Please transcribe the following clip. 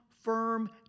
firm